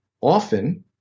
often